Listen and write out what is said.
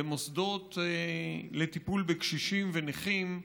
במוסדות לטיפול בקשישים ובנכים,